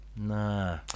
nah